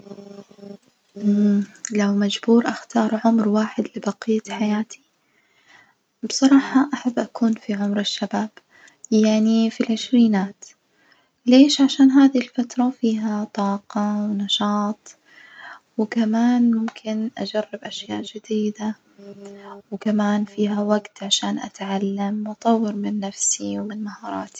لو مجبور أختار عمر واحد لبقية حياتي بصراحة أحب أكون في عمر الشباب، يعني في العشرينات ليش؟ عشان هذي الفترة فيها طاقة ونشاط وكمان ممكن أجرب أشياء جديدة، وكمان فيها وجت عشان أتعلم وأطور من نفسي ومن مهاراتي.